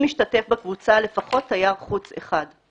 אם משתתף בקבוצה לפחות תייר חוץ אחד.